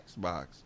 Xbox